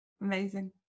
Amazing